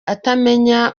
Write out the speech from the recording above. atamenya